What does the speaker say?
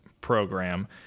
program